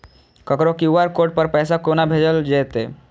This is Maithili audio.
ककरो क्यू.आर कोड पर पैसा कोना भेजल जेतै?